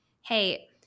hey